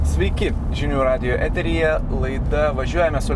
sveiki žinių radijo eteryje laida važiuojame su